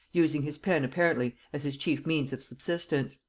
using his pen apparently as his chief means of subsistence.